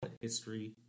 history